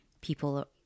people